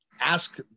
ask